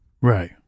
Right